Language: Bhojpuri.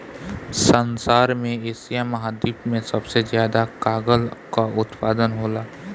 संसार में एशिया महाद्वीप से सबसे ज्यादा कागल कअ उत्पादन होला